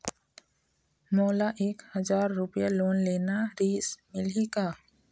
मोला एक हजार रुपया लोन लेना रीहिस, मिलही का?